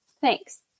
Thanks